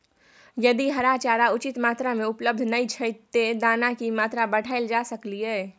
यदि हरा चारा उचित मात्रा में उपलब्ध नय छै ते दाना की मात्रा बढायल जा सकलिए?